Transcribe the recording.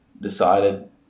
decided